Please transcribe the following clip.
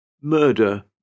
Murder